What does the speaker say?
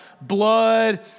Blood